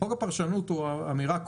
חוק הפרשנות הוא אמירה כוללת.